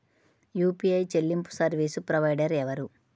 UPI చెల్లింపు service provider ఎవరు?